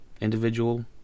individual